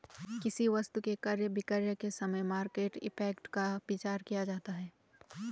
किसी वस्तु के क्रय विक्रय के समय मार्केट इंपैक्ट का विचार किया जाता है